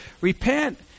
repent